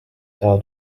taha